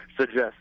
suggest